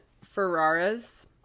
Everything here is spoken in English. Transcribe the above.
Ferraris